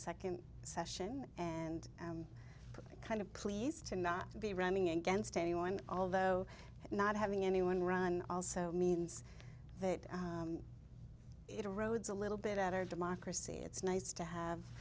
second session and i'm kind of pleased to not be running against anyone although not having anyone run also means that it erodes a little bit at our democracy it's nice to have